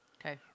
Okay